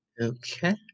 Okay